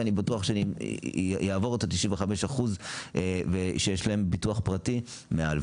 ואני בטוח שזה יעבור את ה-95% שיש להם ביטוח פרטי מעל,